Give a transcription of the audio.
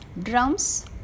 drums